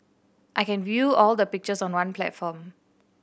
I can view all their pictures on one platform